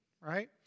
right